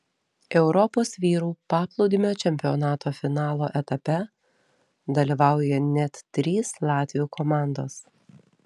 europos vyrų paplūdimio čempionato finalo etape dalyvauja net trys latvių komandos